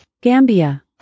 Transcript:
Gambia